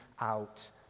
out